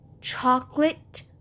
Chocolate